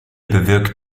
bewirkt